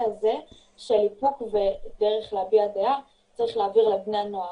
הזה של איפוק ודרך להביע דעה צריך להעביר לבני הנוער.